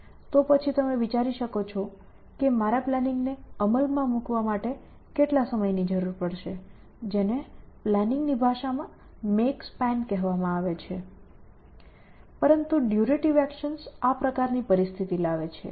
તો પછી તમે વિચારી શકો છો કે મારા પ્લાનિંગને અમલમાં મૂકવા માટે કેટલા સમયની જરૂર પડશે જેને પ્લાનિંગની ભાષા માં મેક સ્પાન કહેવામાં આવે છે પરંતુ ડયુરેટીવ એકશન્સ આ પ્રકારની પરિસ્થિતિ લાવે છે